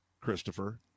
Christopher